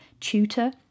tutor